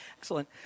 Excellent